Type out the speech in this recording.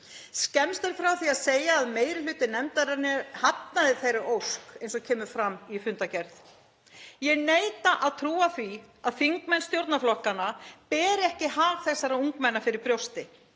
Skemmst er frá því að segja að meiri hluti nefndarinnar hafnaði þeirri ósk eins og kemur fram í fundargerð. Ég neita að trúa því að þingmenn stjórnarflokkanna beri ekki hag þessara ungmenna fyrir brjósti